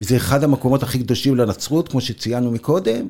וזה אחד המקומות הכי קדושים לנצרות, כמו שציינו מקודם.